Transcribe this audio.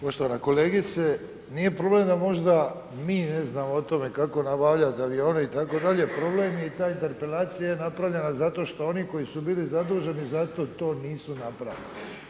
Poštovana kolegice, nije problem da možda mi ne znamo o tome kako nabavljat avione itd., problem je i taj terpelacija je napravljena zato što oni koji su bili zaduženi za to, to nisu napravili.